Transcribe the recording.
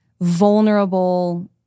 vulnerable